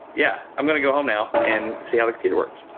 yeah, i'm gonna go home now and see how the computer works.